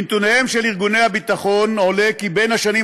מנתוניהם של ארגוני הביטחון עולה כי משנת